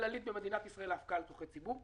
כללית במדינת ישראל להפקעה לצרכי ציבור,